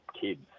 kids